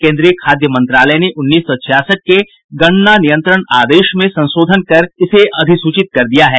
केन्द्रीय खाद्य मंत्रालय ने उन्नीस सौ छियासठ के गन्ना नियंत्रण आदेश में संशोधन कर इसे अधिसूचित कर दिया है